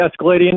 escalating